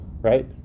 Right